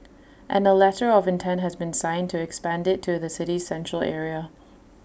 and A letter of intent has been signed to expand IT to the city's Central Area